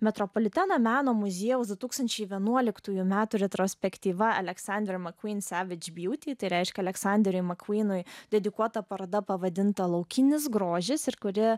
metropoliteno meno muziejaus du tūkstančiais vienuoliktųjų metų retrospektyva aleksandrą kuncevičiui pjūtį tai reiškia aleksanderiui makūnui dedikuota paroda pavadinta laukinis grožis ir kuri